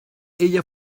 ella